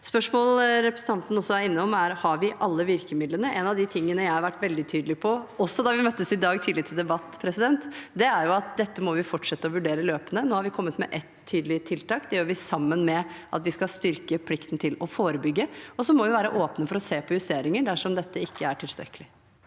Spørsmålet representanten også er innom, er: Har vi alle virkemidlene? En av de tingene jeg har vært veldig tydelig på, også da vi møttes i dag tidlig til debatt, er at dette må vi fortsette å vurdere løpende. Nå har vi kommet med et tydelig tiltak. Det gjør vi sammen med at vi skal styrke plikten til å forebygge, og så må vi være åpne for å se på justeringer dersom dette ikke er tilstrekkelig.